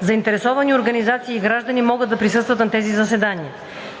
Заинтересовани организации и граждани могат да присъстват на тези заседания.